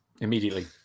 Immediately